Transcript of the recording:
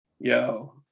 yo